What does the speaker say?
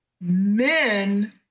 men